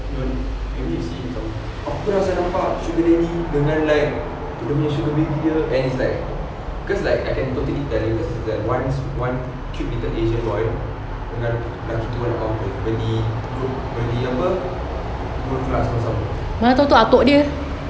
you know maybe you see aku pernah nampak sugar daddy dengan like dia punya sugar baby dia and its like because like I can totally tell you because there's this one one cute little asian boy dengan lelaki tua nak mampus beli cool~ beli apa cool glass sama-sama